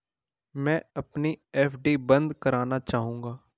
मैं अपनी एफ.डी बंद करना चाहूंगा